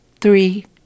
Three